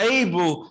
able